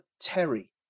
Terry